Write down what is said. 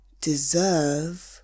deserve